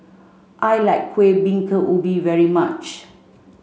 I like Kuih Bingka Ubi very much